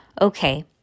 Okay